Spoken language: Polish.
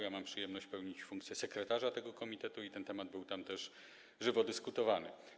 Ja mam przyjemność pełnić funkcję sekretarza tego komitetu i nad tym tematem tam też żywo dyskutowano.